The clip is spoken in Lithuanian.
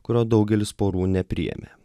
kurio daugelis porų nepriėmė